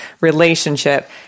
relationship